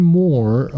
more